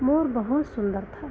मोर बहुत सुन्दर था